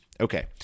Okay